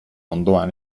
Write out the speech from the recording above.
ondoan